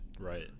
Right